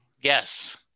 Yes